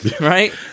right